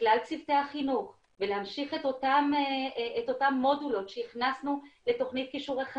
לכלל צוותי החינוך ולהמשיך את אותן מודולות שהכנסנו לתכנית כישורי חיים,